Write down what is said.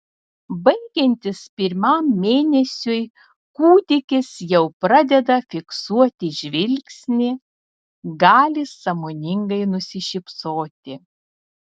baigiantis pirmam mėnesiui kūdikis jau pradeda fiksuoti žvilgsnį gali sąmoningai nusišypsoti